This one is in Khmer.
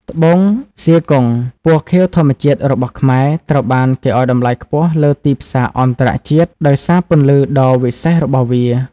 ត្បូងហ្សៀកុង (Zircon) ពណ៌ខៀវធម្មជាតិរបស់ខ្មែរ ត្រូវបានគេឱ្យតម្លៃខ្ពស់លើទីផ្សារអន្តរជាតិដោយសារពន្លឺដ៏វិសេសរបស់វា។